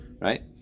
Right